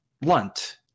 blunt